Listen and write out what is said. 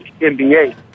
NBA